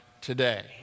today